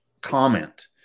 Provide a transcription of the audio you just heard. comment